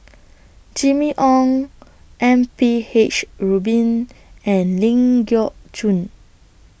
Jimmy Ong M P H Rubin and Ling Geok Choon